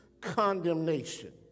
condemnation